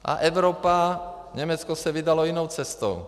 A Evropa Německo se vydalo jinou cestou.